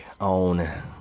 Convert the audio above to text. on